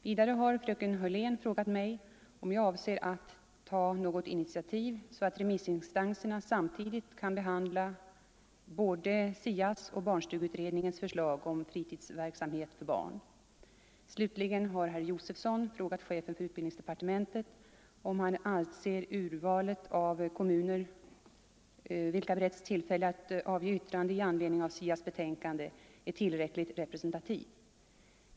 Vidare har fröken Hörlén frågat mig, om jag avser att ta något initiativ så att remissinstanserna samtidigt kan behandla både SIA:s och barnstugeutredningens förslag om fritidsverksamheten för barn. Slutligen har herr Josefson frågat chefen för utbildningsdepartementet, om han anser urvalet av kommuner, vilka beretts tillfälle att avge yttrande i anledning av SIA:s betänkande, tillräckligt representativt.